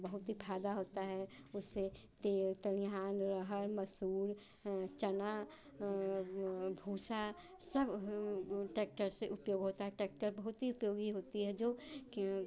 बहुत ही फ़ायदा होता है उससे तेल तलिहान अरहर मसूर चना भूंसा सब ट्रैक्टर से उपयोग होता है ट्रैक्टर बहुत ही उपयोगी होता है जो कि